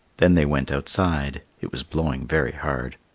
then they went outside. it was blowing very hard.